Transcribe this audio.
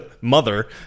mother